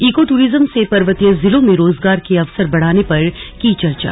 eco tourism से पर्वतीय जिलों में रोजगार के अवसर बढ़ाने पर की चर्चा